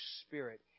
spirit